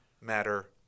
matter